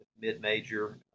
mid-major